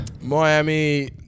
Miami